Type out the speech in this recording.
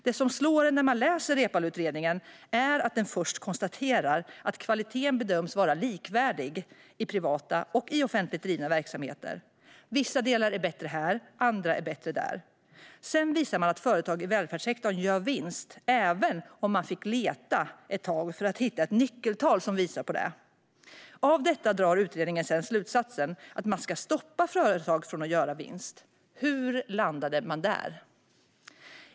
Det som slår mig när jag läser Reepaluutredningen är att man först konstaterar att kvaliteten bedöms vara likvärdig i privata och offentligt drivna verksamheter. Vissa delar är bättre här, och andra är bättre där. Sedan visar man att företag i välfärdssektorn gör vinst, även om man fick leta ett tag för att hitta ett nyckeltal som visar på det. Av detta drar utredningen slutsatsen att företag ska stoppas från att göra vinst. Hur landade man där?